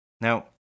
Now